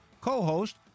co-host